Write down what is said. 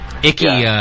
Icky